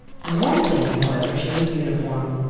in one thing, however, she was uniform,